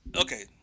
Okay